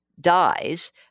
dies